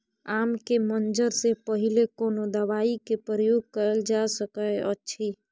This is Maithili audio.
आम के मंजर से पहिले कोनो दवाई के प्रयोग कैल जा सकय अछि?